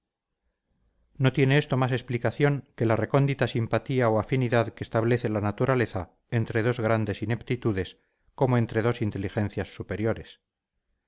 no tiene esto más explicación que la recóndita simpatía o afinidad que establece la naturaleza entre dos grandes ineptitudes como entre dos inteligencias superiores